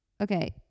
okay